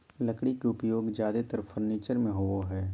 लकड़ी के उपयोग ज्यादेतर फर्नीचर में होबो हइ